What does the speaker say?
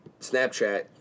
Snapchat